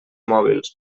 mòbils